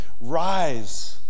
rise